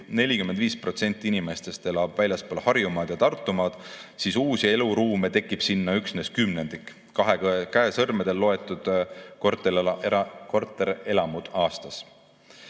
45% inimestest elab väljaspool Harjumaad ja Tartumaad, siis uusi eluruume tekib sinna üksnes kümnendik, kahe käe sõrmedel loetud korterelamud aastas.